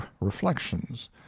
reflections